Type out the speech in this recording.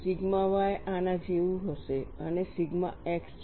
sigma y આના જેવું હશે અને સિગ્મા x છે